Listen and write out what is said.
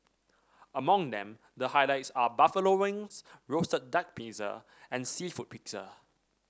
among them the highlights are buffalo wings roasted duck pizza and seafood pizza